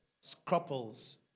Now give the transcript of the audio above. Scruples